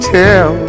tell